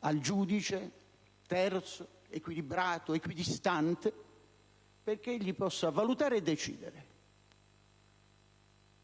al giudice terzo, equilibrato, equidistante, perché egli possa valutare e decidere,